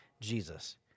Jesus